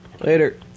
Later